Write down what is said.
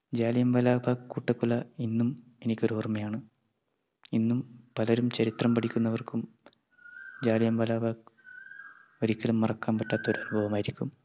ജാലിയൻവാലാ ബാഗ് കൂട്ടക്കൊല ഇന്നും എനിക്കൊരോർമ്മയാണ് ഇന്നും പലരും ചരിത്രം പഠിക്കുന്നവർക്കും ജാലിയൻവാലാ ബാഗ് ഒരിക്കലും മറക്കാൻ പറ്റാത്തൊരു നോവായിരിക്കും